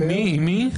עם מי?